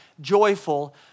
joyful